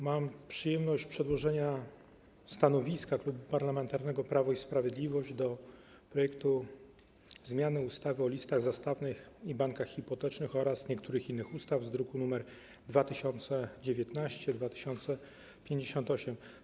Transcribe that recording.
Mam przyjemność przedłożenia stanowiska Klubu Parlamentarnego Prawo i Sprawiedliwość wobec projektu zmiany ustawy o listach zastawnych i bankach hipotecznych oraz niektórych innych ustaw z druków nr 2019, 2058.